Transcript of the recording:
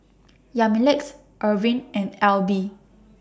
Yamilex Erving and Alby